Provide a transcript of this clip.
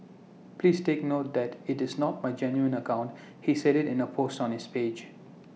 please take note that IT is not my genuine account he said IT in A post on his page